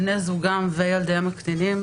בני זוגם וילדיהם הקטינים.